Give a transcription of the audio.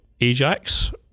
Ajax